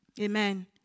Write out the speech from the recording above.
Amen